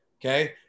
Okay